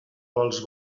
vols